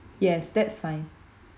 yes that's fine